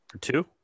Two